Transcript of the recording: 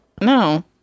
No